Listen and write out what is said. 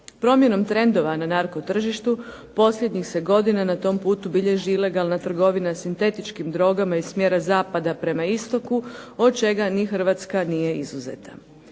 Promjenom trendova na narko tržištu posljednjih se godina na tom putu bilježi ilegalna trgovina sintetičkim drogama iz smjera zapada prema istoku od čega ni Hrvatska nije izuzeta.